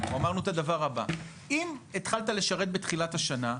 אמרנו את הדבר הבא: אם התחלת לשרת בתחילת השנה,